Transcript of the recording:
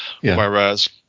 Whereas